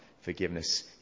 Forgiveness